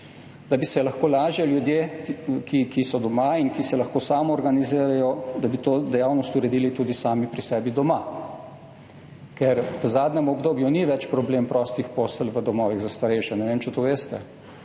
da bi lahko ljudje, ki so doma in ki se lahko samoorganizirajo, lažje to dejavnost uredili tudi sami pri sebi doma. Ker v zadnjem obdobju ni več problema prostih postelj v domovih za starejše, ne vem, če to veste,